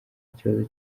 kibazo